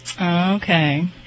Okay